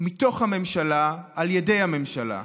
מתוך הממשלה ועל ידי הממשלה.